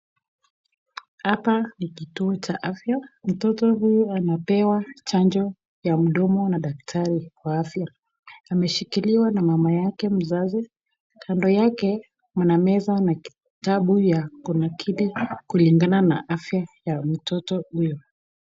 Hapa ni kituo cha afya. Mtoto huyu anapewa chanjo ya mdomo na daktari wa afya, ameshikiliwa na mamake mzazi. Kando yake kuna meza na kitabu cha kunakili kulingana na afya ya mtoto huyo.